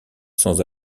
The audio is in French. sans